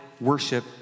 worship